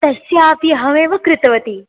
तस्यापि अहमेव कृतवती